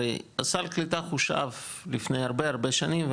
הרי סל הקליטה חושב לפני הרבה שנים,